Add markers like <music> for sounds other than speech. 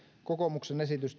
kokoomuksen esitys <unintelligible>